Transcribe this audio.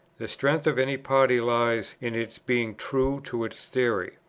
the strength of any party lies in its being true to its theory.